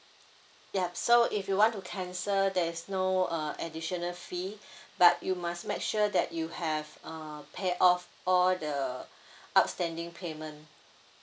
yup so if you want to cancel there is no uh additional fee but you must make sure that you have uh paid off all the outstanding payment